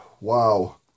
Wow